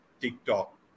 TikTok